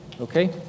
Okay